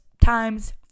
times